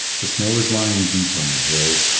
the snow is lying deep on the hills.